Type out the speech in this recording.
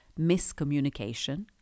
Miscommunication